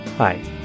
Hi